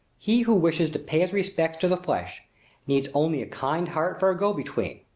he who wishes to pay his respects to the flesh needs only a kind heart for a go-between.